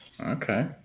Okay